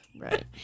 right